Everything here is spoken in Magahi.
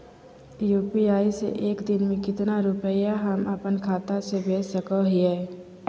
यू.पी.आई से एक दिन में कितना रुपैया हम अपन खाता से भेज सको हियय?